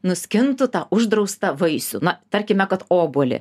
nuskintų tą uždraustą vaisių na tarkime kad obuolį